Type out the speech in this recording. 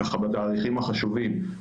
בתאריכים החשובים,